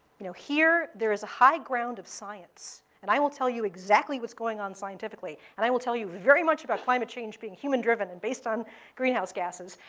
you know here there is a high ground of science, and i will tell you exactly what's going on scientifically, and i will tell you very much about climate change being human-driven and based on greenhouse gases.